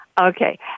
Okay